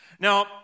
Now